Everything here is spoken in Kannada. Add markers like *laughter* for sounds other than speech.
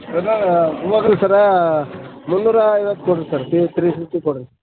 *unintelligible* ಇವಾಗಲೂ ಸರಾ ಮುನ್ನೂರ ಐವತ್ತು ಕೊಡ್ರಿ ಸರ್ ತ್ರೀ ಫಿಫ್ಟಿ ಕೊಡ್ರಿ